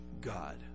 god